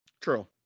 True